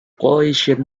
coalition